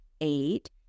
eight